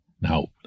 Now